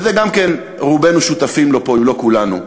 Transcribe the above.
ולזה גם רובנו שותפים פה, אם לא כולנו: